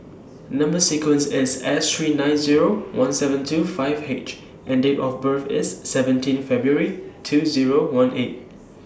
Number sequence IS S three nine Zero one seven two five H and Date of birth IS seventeen February two Zero one eight